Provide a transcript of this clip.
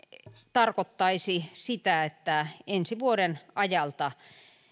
tarkoittaisi sitä että ensi vuoden ajalta